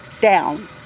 down